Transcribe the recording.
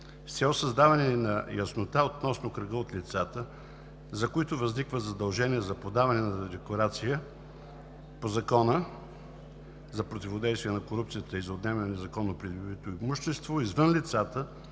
С цел създаване на яснота относно кръга от лицата, за които възникват задължения за подаване на декларация по Закона за противодействие на корупцията и за отнемане на незаконно придобитото имущество, извън лицата,